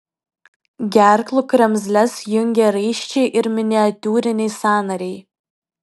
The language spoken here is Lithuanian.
gerklų kremzles jungia raiščiai ir miniatiūriniai sąnariai